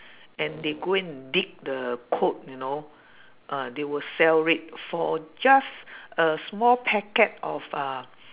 and they go and dig the you know uh they will sell it for just a small packet of uh